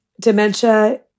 dementia